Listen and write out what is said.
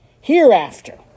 Hereafter